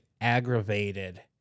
aggravated